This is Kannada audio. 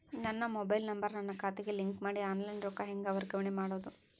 ನನ್ನ ಮೊಬೈಲ್ ನಂಬರ್ ನನ್ನ ಖಾತೆಗೆ ಲಿಂಕ್ ಮಾಡಿ ಆನ್ಲೈನ್ ರೊಕ್ಕ ಹೆಂಗ ವರ್ಗಾವಣೆ ಮಾಡೋದು?